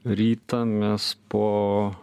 rytą mes po